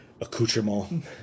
accoutrement